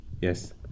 Yes